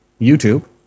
YouTube